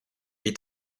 est